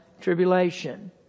tribulation